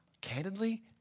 Candidly